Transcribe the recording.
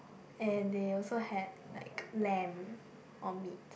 and they also had like lamb or meat